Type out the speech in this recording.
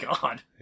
God